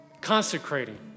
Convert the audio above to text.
Consecrating